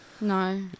No